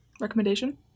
Recommendation